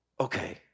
okay